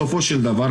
בסופו של דבר,